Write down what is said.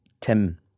Tim